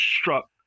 struck